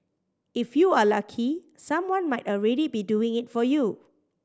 if you are lucky someone might already be doing it for you